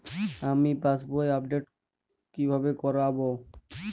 আমি পাসবই আপডেট কিভাবে করাব?